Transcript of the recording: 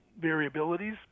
variabilities